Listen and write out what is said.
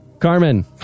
Carmen